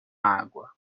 água